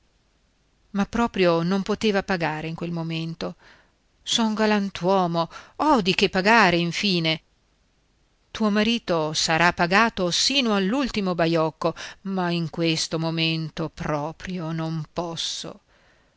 ma proprio non poteva pagare in quel momento son galantuomo ho di che pagare infine tuo marito sarà pagato sino all'ultimo baiocco ma in questo momento proprio non posso